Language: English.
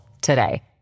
today